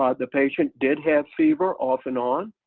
um the patient did have fever off and on.